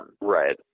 right